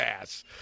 ass